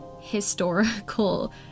historical